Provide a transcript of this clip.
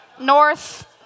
North